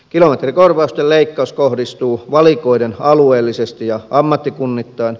kilometrikorvausten leikkaus kohdistuu valikoiden alueellisesti ja ammattikunnittain